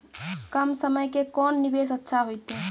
कम समय के कोंन निवेश अच्छा होइतै?